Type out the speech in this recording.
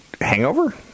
hangover